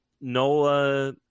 Nola